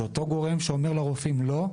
זהו אותו הגורם שאומר לרופאים לא,